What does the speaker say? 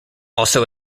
also